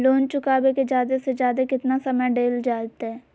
Loan चुकाबे के जादे से जादे केतना समय डेल जयते?